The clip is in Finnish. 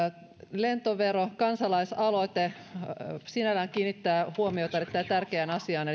lentoverokansalaisaloite sinällään kiinnittää huomiota erittäin tärkeään asiaan